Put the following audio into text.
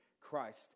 Christ